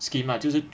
scheme lah 就是